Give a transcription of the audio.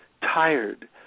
tired